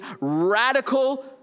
radical